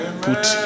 Put